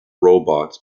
robots